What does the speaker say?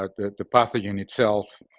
like the the pathogen itself,